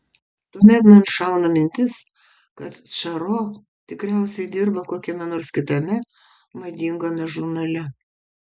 tuomet man šauna mintis kad čaro tikriausiai dirba kokiame nors kitame madingame žurnale